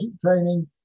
training